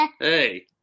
Hey